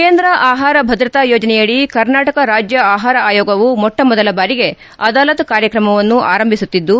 ಕೇಂದ್ರದ ಆಹಾರ ಭದ್ರತಾ ಯೋಜನೆಯಡಿ ಕರ್ನಾಟಕ ರಾಜ್ಯ ಆಹಾರ ಆಯೋಗವು ಮೊಟ್ಟಮೊದಲ ಬಾರಿಗೆ ಅದಾಲತ್ ಕಾರ್ಯಕ್ರಮವನ್ನು ಆರಂಭಿಸುತ್ತಿದ್ದು